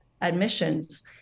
admissions